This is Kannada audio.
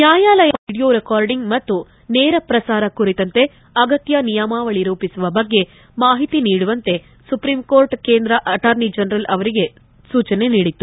ನ್ಗಾಯಾಲಯದ ಕಲಾಪ ವೀಡಿಯೋ ರಿಕಾರ್ಡಿಂಗ್ ಮತ್ತು ನೇರ ಪ್ರಸಾರ ಕುರಿತಂತೆ ಅಗತ್ತ ನಿಯಮಾವಳಿ ರೂಪಿಸಿರುವ ಬಗ್ಗೆ ಮಾಹಿತಿ ನೀಡುವಂತೆ ಸುಪ್ರೀಂಕೋರ್ಟ್ ಕೇಂದ್ರ ಅಟಾರ್ನಿ ಜನರಲ್ ಅವರಿಗೆ ಸೂಚನೆ ನೀಡಿತ್ತು